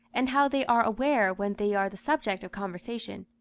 and how they are aware when they are the subject of conversation.